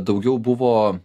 daugiau buvo